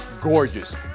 gorgeous